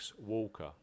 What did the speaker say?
Walker